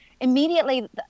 immediately